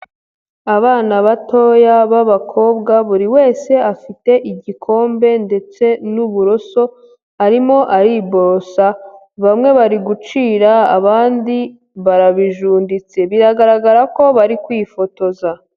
Abana batoya b'abakobwa buri wese afite igikombe ndetse n'uburoso arimo ariborosa bamwe bari gucira abandi barabijunditse, biragaragara ko bari kwifotoza.